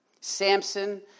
Samson